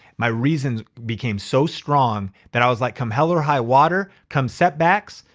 my reasons became so strong that i was like, come hell or high water, come setbacks,